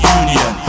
union